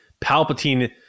Palpatine